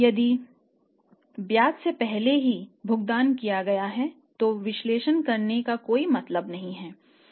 यदि ब्याज पहले से ही भुगतान किया गया है तो विश्लेषण करने का कोई मतलब नहीं है